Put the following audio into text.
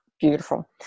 Beautiful